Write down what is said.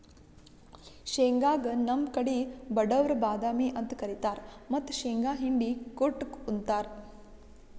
ಶೇಂಗಾಗ್ ನಮ್ ಕಡಿ ಬಡವ್ರ್ ಬಾದಾಮಿ ಅಂತ್ ಕರಿತಾರ್ ಮತ್ತ್ ಶೇಂಗಾ ಹಿಂಡಿ ಕುಟ್ಟ್ ಉಂತಾರ್